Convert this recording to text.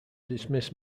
dismiss